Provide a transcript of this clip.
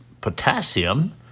potassium